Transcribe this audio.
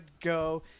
go